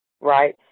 right